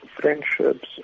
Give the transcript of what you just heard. friendships